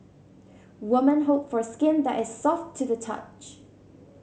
women hope for skin that is soft to the touch